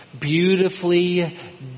beautifully